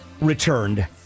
returned